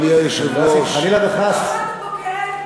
היא חושפת פה כאב.